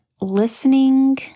listening